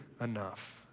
enough